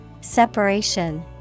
Separation